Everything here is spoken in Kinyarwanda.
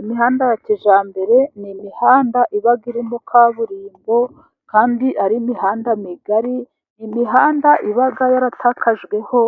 Imihanda ya kijyambere, ni imihanda iba irimo kaburimbo kandi ari imihanda migari, imihanda iba yaratakajweho